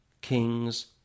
kings